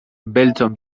beltzon